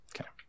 Okay